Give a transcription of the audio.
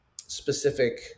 specific